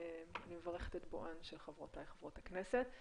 אני מברכת את בואן חברותיי חברות הכנסת.